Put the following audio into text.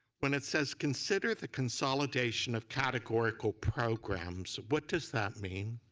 when it says consider the consolidation of categorical programs what does that mean?